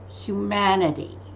humanity